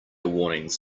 warnings